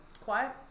quiet